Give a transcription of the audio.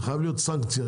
חייבת להיות סנקציה.